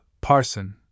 Parson